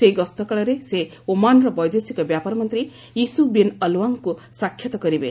ସେହି ଗସ୍ତକାଳରେ ସେ ଓମାନ୍ର ବୈଦେଶିକ ବ୍ୟାପାର ମନ୍ତ୍ରୀ ୟୁସୁଫ୍ ବିନ୍ ଅଲ୍ୱାଙ୍କୁ ସାକ୍ଷାତ୍ କରିବେ